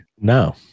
no